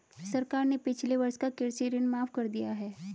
सरकार ने पिछले वर्ष का कृषि ऋण माफ़ कर दिया है